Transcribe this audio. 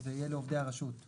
שזה יהיה לעובדי הרשות.